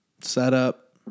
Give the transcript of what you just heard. setup